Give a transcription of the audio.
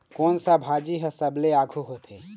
कोन सा भाजी हा सबले आघु होथे?